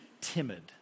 Timid